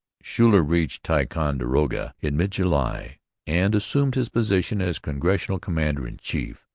schuyler reached ticonderoga in mid-july and assumed his position as congressional commander-in-chief.